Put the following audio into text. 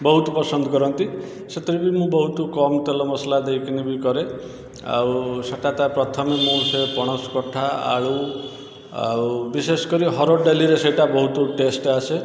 ବହୁତ ପସନ୍ଦ କରନ୍ତି ସେଥିରେ ବି ମୁଁ ବହୁତ କମ୍ ତେଲ ମସଲା ଦେଇକିନି ବି କରେ ଆଉ ସେଇଟା ତ ପ୍ରଥମେ ମୁଁ ସେ ପଣସ କଠା ଆଳୁ ଆଉ ବିଶେଷ କରି ହରଡ଼ ଡ଼ାଲିରେ ସେଇଟା ବହୁତ ଟେଷ୍ଟ୍ ଆସେ